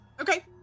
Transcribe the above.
okay